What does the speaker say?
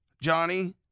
Johnny